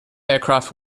aircraft